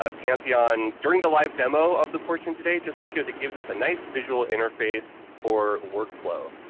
ah pantheon during the live demo of the portion today, just because it gives us a nice visual interface for work flow.